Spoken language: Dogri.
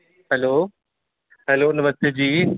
हैलो हैलो नमस्ते जी